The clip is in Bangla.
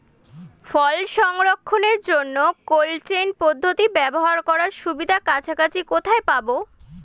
ফল সংরক্ষণের জন্য কোল্ড চেইন পদ্ধতি ব্যবহার করার সুবিধা কাছাকাছি কোথায় পাবো?